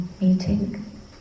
meeting